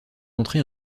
montré